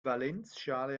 valenzschale